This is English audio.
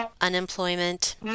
unemployment